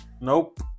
Nope